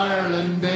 Ireland